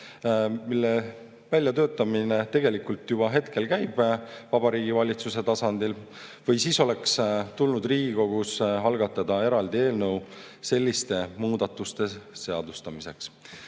mille väljatöötamine tegelikult juba käib Vabariigi Valitsuse tasandil. Või siis oleks tulnud Riigikogus algatada eraldi eelnõu selliste muudatuste seadustamiseks.